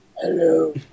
hello